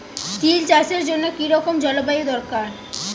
তিল চাষের জন্য কি রকম জলবায়ু দরকার?